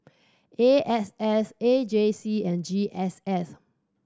A S S A J C and G S S